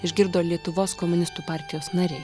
išgirdo lietuvos komunistų partijos nariai